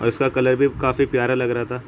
اور اس کا کلر بھی کافی پیارا لگ رہا تھا